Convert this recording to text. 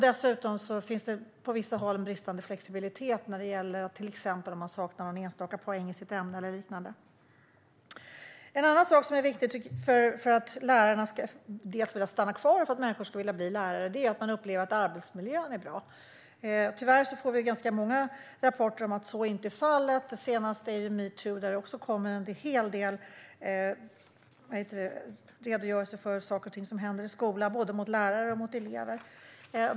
Dessutom finns det på vissa håll en bristande flexibilitet när det gäller att man till exempel saknar någon enstaka poäng i ett ämne. En annan sak som är viktig dels för att lärarna ska vilja stanna kvar, dels för att människor ska vilja bli lärare är att man upplever att arbetsmiljön är bra. Tyvärr får vi ganska många rapporter om att så inte är fallet. Det senaste är metoo, där det kommer fram en hel del redogörelser av saker och ting som händer i skolan både mot lärare och mot elever.